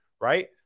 right